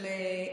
של,